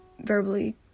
verbally